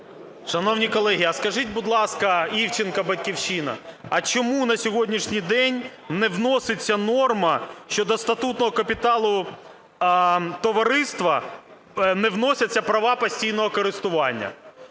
Шановні колеги, а скажіть, будь ласка… Івченко, "Батьківщина"… а чому на сьогоднішній день не вноситься норма щодо статутного капіталу товариства, не вносяться права постійного користування?